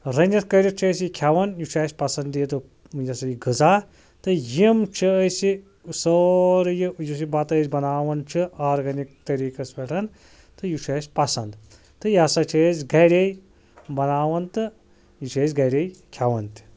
رٔنِتھ کٔرِتھ چھِ أسۍ یہِ کھٮ۪وان یہِ چھُ اَسہِ پَسَندیٖدٕ یہِ ہَسا یہِ غذا تہٕ یِم چھِ اَسہِ سورُے یہِ یُس یہِ بَتہٕ أسۍ بناوان چھُ آرگیٚنِک طریٖقَس پیٚٹھ تہٕ یہِ چھُ اَسہِ پَسَنٛد تہٕ یہِ ہَسا چھِ أسۍ گرے بناوان تہٕ یہِ چھِ أسۍ گرے کھٮ۪وان تہِ